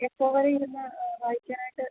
എപ്പം വരെ ഇരുന്ന് വായിക്കാനായിട്ട്